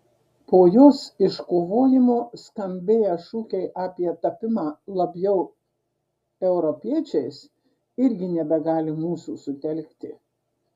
po jos iškovojimo skambėję šūkiai apie tapimą labiau europiečiais irgi nebegali mūsų sutelkti